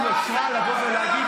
אני מבקש ממך בכל לשון של בקשה, תשבי.